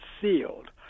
sealed